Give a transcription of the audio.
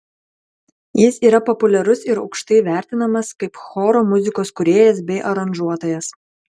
jis yra populiarus ir aukštai vertinamas kaip choro muzikos kūrėjas bei aranžuotojas